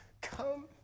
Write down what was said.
come